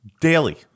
Daily